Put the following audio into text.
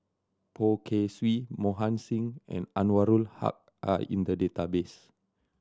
Poh Kay Swee Mohan Singh and Anwarul Haque are in the database